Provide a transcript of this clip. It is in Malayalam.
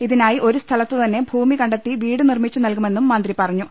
ഇതിനായി ഒരുസ്ഥലത്തുതന്നെ ഭൂമി കണ്ടെത്തി വീട് നിർമിച്ചുനൽകുമെന്നും മന്ത്രി പറഞ്ഞു